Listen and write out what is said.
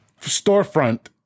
storefront